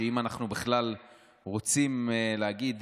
האם אנחנו בכלל רוצים להגיד: